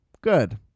good